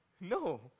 No